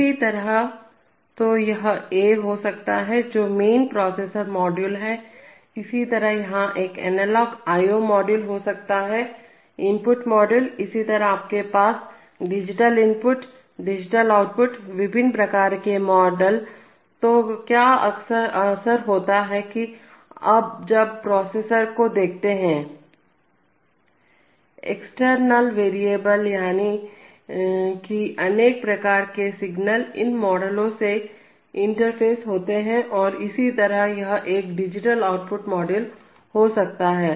इसी तरह तो यह a हो सकता है जो मेन प्रोसेसर मॉड्यूल है इसी तरह यहां एक एनालॉग आयो IOमॉड्यूल हो सकता है इनपुट मॉड्यूल इसी तरह आपके पास डिजिटल इनपुट डिजिटल आउटपुट विभिन्न प्रकार के मॉडल तो क्या असर होता है की अब जब प्रोसेसर को देखते हैं एक्सटर्नल वेरिएबल यानी की अनेक प्रकार के सिग्नल इन मॉडल से इंटरफेस होते हैं और इसी तरह यह एक डिजिटल आउटपुट मॉड्यूल हो सकता है